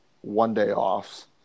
one-day-offs